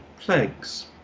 plagues